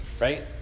right